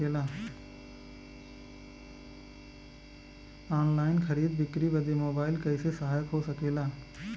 Online खरीद बिक्री बदे मोबाइल कइसे सहायक हो सकेला?